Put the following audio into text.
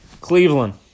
Cleveland